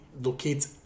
locate